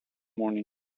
morning